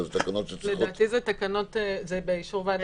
זה תקנות שצריכות --- זה באישור ועדה?